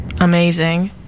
amazing